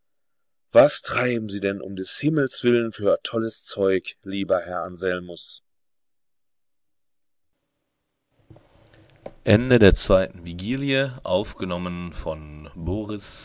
was treiben sie denn um des himmels willen für tolles zeug lieber herr anselmus dritte vigilie